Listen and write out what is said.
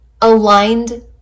aligned